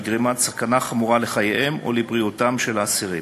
גרימת סכנה חמורה לחייהם או לבריאותם של האסירים.